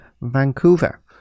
Vancouver